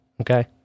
Okay